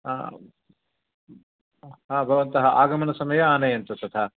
हा हा भवन्तः आगमन समये आनयन्तु तथा